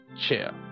chair